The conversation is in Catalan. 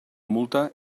multa